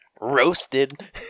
roasted